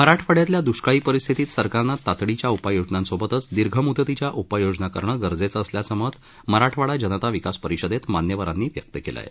मराठवाड्यातल्या द्रष्काळी परिस्थितीत सरकारनं तातडीच्या उपाय योजनांसोबतच दीर्घ मुदतीच्या उपाययोजना करणे गरजेचं असल्याचं मत मराठवाडा जनता विकास परिषदेत मान्यवरांनी व्यक्त केलं आहे